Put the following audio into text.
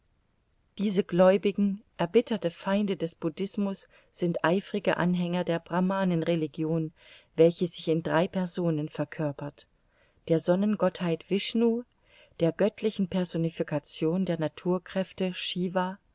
diese gläubigen erbitterte feinde des buddhismus sind eifrige anhänger der brahmanen religion welche sich in drei personen verkörpert der sonnengottheit wishnu der göttlichen personification der naturkräfte